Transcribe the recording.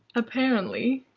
apparently